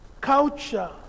culture